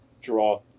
Draw